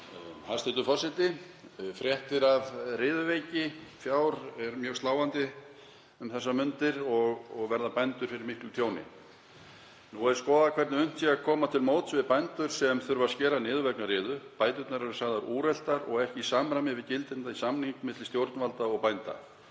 Hæstv. forseti. Fréttir af riðuveiki fjár eru mjög sláandi um þessar mundir og bændur verða fyrir miklu tjóni. Nú er skoðað hvernig unnt sé að koma til móts við bændur sem þurfa að skera niður vegna riðu. Bæturnar eru sagðar úreltar og ekki í samræmi við gildandi samning milli stjórnvalda og bænda.